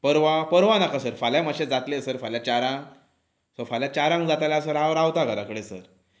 परवा परवा नाका सर फाल्यां मात्शें जातलें सर फाल्यां चारांक सर फाल्यां चारांक जाता जाल्यार सर हांव रावतां घरा कडेन सर